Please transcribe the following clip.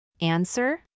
Answer